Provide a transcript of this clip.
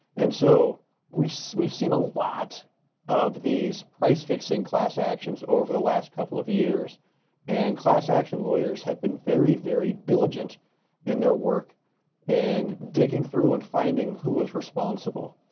and so we, so we've seen a lot of these price fixing class actions over the last couple of years and class action lawyers had been very, very diligent in their work and digging through and finding who was responsible.